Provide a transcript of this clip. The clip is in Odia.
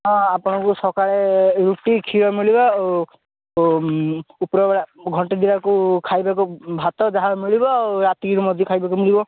ହଁ ଆପଣଙ୍କୁ ସକାଳେ ରୁଟି କ୍ଷୀର ମିଳିବ ଆଉ ଉପରେ ବେଳା ଘଣ୍ଟେ ଖାଇବାକୁ ଭାତ ଯାହା ମିଳିବ ରାତି କି ଖାଇବାକୁ ମିଳିବ